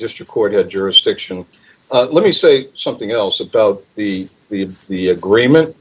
district court has jurisdiction let me say something else about the we had the agreement